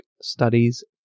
studies